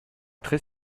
très